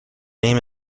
name